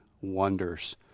wonders